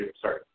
Sorry